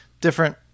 different